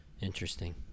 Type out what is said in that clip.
interesting